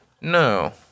No